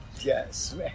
Yes